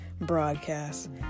Broadcast